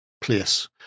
place